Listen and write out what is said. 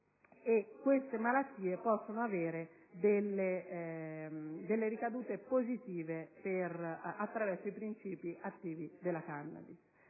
per elencarvi possono aversi delle ricadute positive attraverso i principi attivi della *cannabis*.